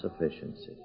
sufficiency